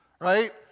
right